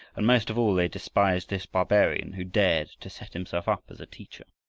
and most of all they despised this barbarian who dared to set himself up as a teacher.